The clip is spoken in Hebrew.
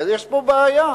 הרי יש פה בעיה.